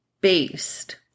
based